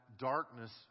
darkness